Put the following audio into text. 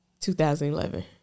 2011